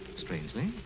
Strangely